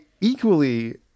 equally